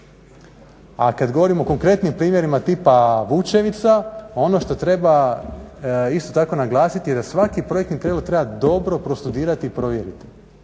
A kada govorimo o konkretnim primjerima tima Vučevica ono što treba isto tako naglasiti da svaki projektni prijedlog treba dobro prostudirati i provjeriti.